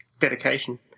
dedication